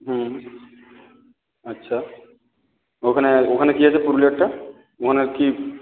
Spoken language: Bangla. হুম আচ্ছা ওখানে ওখানে কি আছে পুরুলিয়ারটা ওখানে কি